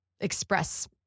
express